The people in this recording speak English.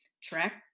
track